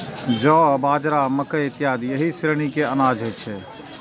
जौ, बाजरा, मकइ इत्यादि एहि श्रेणी के अनाज होइ छै